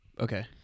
Okay